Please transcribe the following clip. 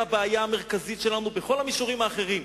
הם הבעיה המרכזית שלנו בכל המישורים האחרים.